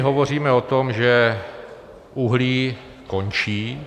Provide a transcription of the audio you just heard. Hovoříme o tom, že uhlí končí.